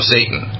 Satan